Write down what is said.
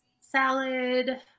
salad